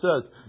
says